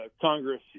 Congress